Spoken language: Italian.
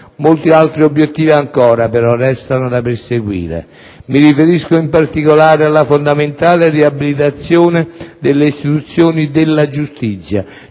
Molti altri obiettivi ancora, però, restano da perseguire. Mi riferisco, in particolare, alla fondamentale riabilitazione delle istituzioni della giustizia,